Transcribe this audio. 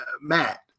Matt